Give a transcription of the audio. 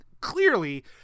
clearly